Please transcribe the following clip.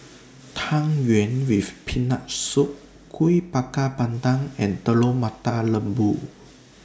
Tang Yuen with Peanut Soup Kuih Bakar Pandan and Telur Mata Lembu